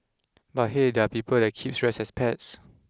but hey there are people that keeps rats as pets